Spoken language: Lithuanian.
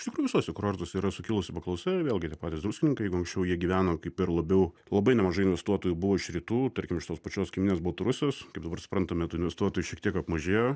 iš tikrų visuose kurortuose yra sukilusi paklausa vėlgi tie patys druskininkai jeigu anksčiau jie gyveno kaip ir labiau labai nemažai investuotojų buvo iš rytų tarkim iš tos pačios kaimynės baltarusijos kaip dabar suprantame tų investuotojų šiek tiek apmažėjo